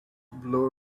blow